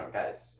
guys